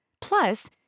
plus